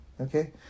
okay